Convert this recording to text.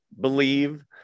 believe